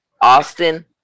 Austin